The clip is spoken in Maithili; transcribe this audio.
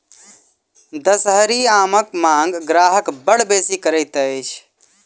दसहरी आमक मांग ग्राहक बड़ बेसी करैत अछि